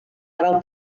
fel